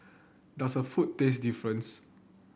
does her food taste difference